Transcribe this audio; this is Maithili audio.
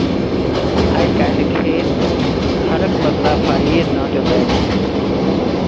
आइ काल्हि खेत हरक बदला फारीए सँ जोताइ छै